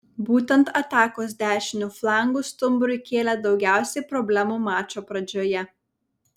būtent atakos dešiniu flangu stumbrui kėlė daugiausiai problemų mačo pradžioje